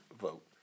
vote